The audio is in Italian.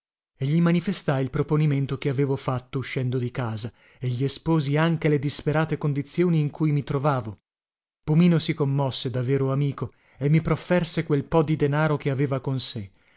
e gli manifestai il proponimento che avevo fatto uscendo di casa e gli esposi anche le disperate condizioni in cui mi trovavo pomino si commosse da vero amico e mi profferse quel po di denaro che aveva con sé